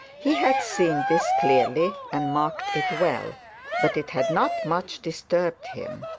he had seen this clearly, and marked it well but it had not much disturbed him.